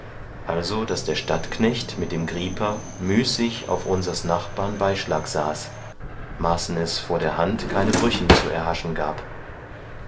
also daß der stadtknecht mit dem griper müßig auf unseres nachbaren beischlag saß maßen es vor der hand keine brüchen zu erhaschen gab